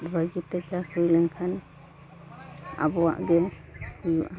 ᱵᱷᱟᱹᱜᱤᱛᱮ ᱪᱟᱥ ᱦᱩᱭ ᱞᱮᱱᱠᱷᱟᱱ ᱟᱵᱚᱣᱟᱜ ᱜᱮ ᱦᱩᱭᱩᱜᱼᱟ